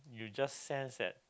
you just sense that